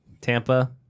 Tampa